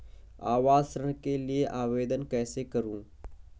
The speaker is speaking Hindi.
आवास ऋण के लिए आवेदन कैसे करुँ?